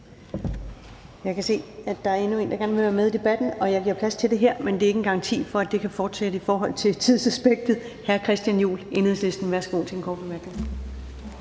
Jeg kan se, at der er endnu en, der gerne vil være med i debatten. Jeg giver plads til det her, men det er ikke en garanti for, at det kan fortsætte i forhold til tidsaspektet. Hr. Christian Juhl, Enhedslisten, for en kort bemærkning.